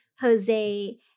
Jose